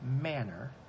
manner